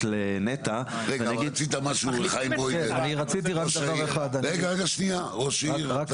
לנת"ע רגע רצית משהו חיים ברוידא ראש העיר.